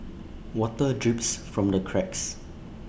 water drips from the cracks